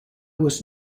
was